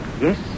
Yes